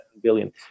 billion